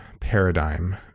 paradigm